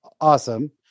awesome